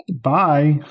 bye